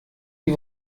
die